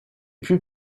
plus